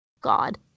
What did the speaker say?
God